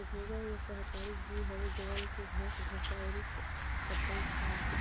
घोंघा एगो शाकाहारी जीव हवे जवन की घास भूसा अउरी पतइ खाला